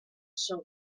són